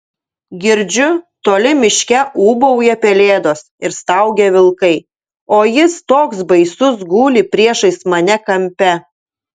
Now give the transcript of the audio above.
girdžiu toli miške ūbauja pelėdos ir staugia vilkai o jis toks baisus guli priešais mane kampe